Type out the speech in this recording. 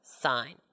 sign